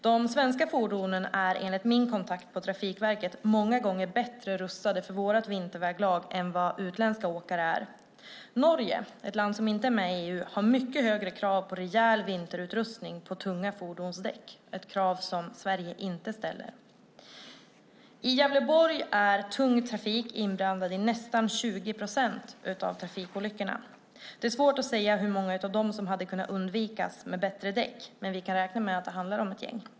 De svenska fordonen är enligt min kontakt på Trafikverket många gånger bättre rustade för vårt vinterväglag än utländska fordon. Norge, ett land som inte är med i EU, har mycket höga krav på rejäl vinterutrustning på tunga fordons däck. Det är ett krav som Sverige inte ställer. I Gävleborg är tung trafik inblandad i nästan 20 procent av trafikolyckorna. Det är svårt att säga hur många av dem som hade kunnat undvikas med bättre däck, men vi kan räkna med att det är några stycken.